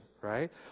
right